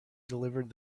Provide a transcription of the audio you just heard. delivered